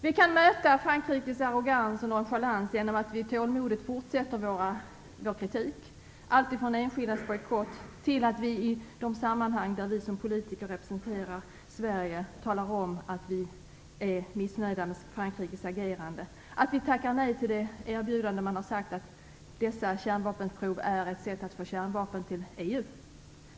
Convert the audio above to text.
Vi kan möta Frankrikes arrogans och nonchalans genom att vi tålmodigt fortsätter med vår kritik, alltifrån enskildas bojkott till att vi i de sammanhang där vi som politiker representerar Sverige talar om att vi är missnöjda med Frankrikes agerande och att vi tackar nej till erbjudandet att dessa kärnvapenprov är ett sätt att få kärnvapen i EU.